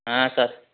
ಹಾಂ ಸರ್